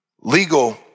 Legal